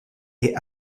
est